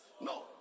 No